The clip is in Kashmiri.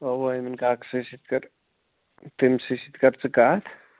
اوٚوا أمیٖن کاکسٕے سۭتۍ کَر تٔمۍ سٕے سۭتۍ کر ژٕ کَتھ